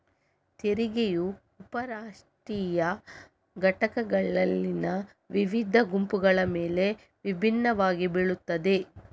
ತೆರಿಗೆಯು ಉಪ ರಾಷ್ಟ್ರೀಯ ಘಟಕಗಳಲ್ಲಿನ ವಿವಿಧ ಗುಂಪುಗಳ ಮೇಲೆ ವಿಭಿನ್ನವಾಗಿ ಬೀಳುತ್ತದೆ